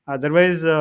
Otherwise